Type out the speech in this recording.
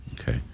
Okay